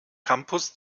campus